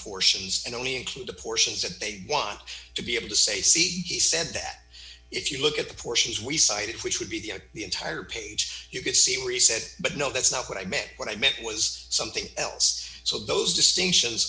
portions and only include the portions that they want to be able to say see he said that if you look at the portions we cited which would be the the entire page you could see where he said but no that's not what i meant what i meant was something else so those distinctions